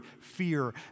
fear